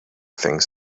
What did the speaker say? things